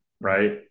right